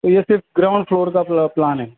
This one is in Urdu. یہ صرف گراؤنڈ فلور کا پلا پلان ہے